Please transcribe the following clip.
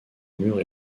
murs